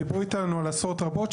דיברו איתנו על עשרות רבות,